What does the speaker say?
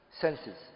Senses